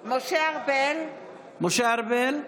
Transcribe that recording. (קוראת בשמות חברי הכנסת) משה ארבל,